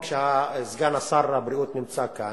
סגן שר הבריאות נמצא כאן.